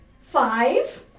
five